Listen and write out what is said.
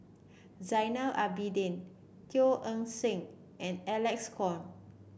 Zainal Abidin Teo Eng Seng and Alec Kuok